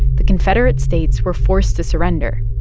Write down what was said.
the confederate states were forced to surrender.